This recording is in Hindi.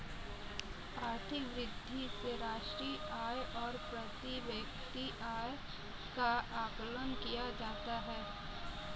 आर्थिक वृद्धि से राष्ट्रीय आय और प्रति व्यक्ति आय का आकलन किया जाता है